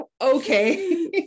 Okay